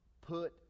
put